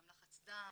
גם לחץ דם,